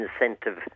incentive